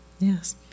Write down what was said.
Yes